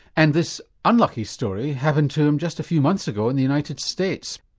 and this unlucky story happened to him just a few months ago in the united states.